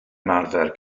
ymarfer